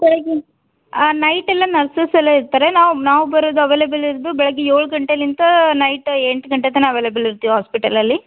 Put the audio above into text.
ಬೆಳಗಿನ ನೈಟೆಲ್ಲ ನರ್ಸಸೆಲ್ಲಾ ಇರ್ತಾರೆ ನಾವು ನಾವು ಬರೋದು ಅವಲೇಬಲ್ ಇರೋದು ಬೆಳಗ್ಗೆ ಏಳು ಗಂಟೆಲ್ಲಿಂದ ನೈಟ್ ಎಂಟು ಗಂಟೆ ತನಕ ಅವೈಲೇಬಲ್ ಇರ್ತೀವಿ ಹಾಸ್ಪೆಟಲಲ್ಲಿ